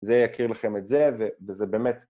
זה יכיר לכם את זה, וזה באמת...